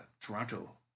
Toronto